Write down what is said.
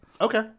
Okay